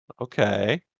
Okay